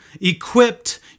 equipped